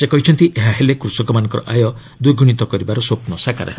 ସେ କହିଛନ୍ତି ଏହା ହେଲେ କୃଷକମାନଙ୍କର ଆୟ ଦ୍ୱିଗୁଣିତ କରିବାର ସ୍ୱପ୍ନ ସାକାର ହେବ